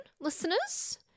listeners